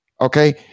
Okay